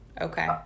Okay